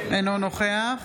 אינו נוכח